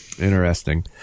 Interesting